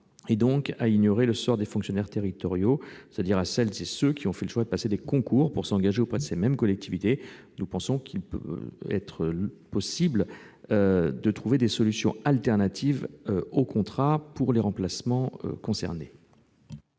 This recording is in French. et donc ignorer le sort des fonctionnaires territoriaux, c'est-à-dire celles et ceux qui ont fait le choix de passer des concours pour s'engager auprès de ces mêmes collectivités. Il doit être possible de trouver des solutions alternatives au contrat pour les remplacements concernés.